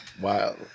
Wow